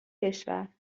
کشور